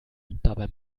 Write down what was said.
dabei